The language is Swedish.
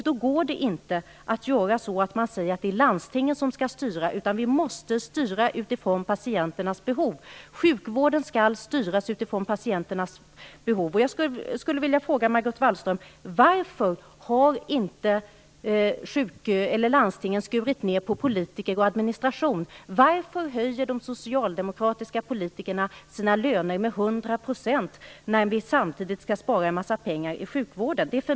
Då går det inte att säga att landstingen skall styra. Sjukvården måste styras utifrån patienternas behov. Jag skulle vilja fråga Margot Wallström: Varför har inte landstingen skurit ned på politiker och administration? Varför höjer de socialdemokratiska politikerna sina löner med 100 %, när vi samtidigt skall spara en massa inom sjukvården?